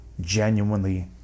genuinely